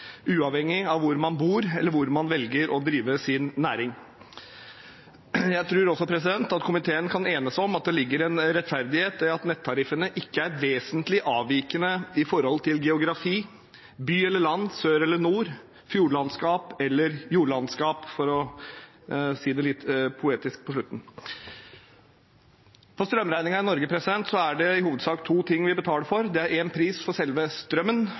uavhengig av hvor man bor, eller hvor man velger å drive sin næring. Jeg tror også at komiteen kan enes om at det ligger en rettferdighet i at nettariffene ikke er vesentlig avvikende med tanke på geografi, by eller land, sør eller nord, fjordlandskap eller jordlandskap – for å si det litt poetisk. På strømregningen i Norge er det i hovedsak to ting vi betaler for. Det er én pris for selve strømmen,